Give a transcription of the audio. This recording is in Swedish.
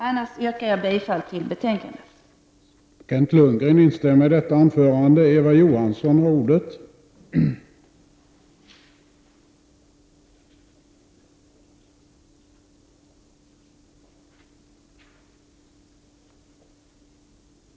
I övrigt yrkar jag bifall till hemställan i betänkandet.